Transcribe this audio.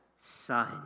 son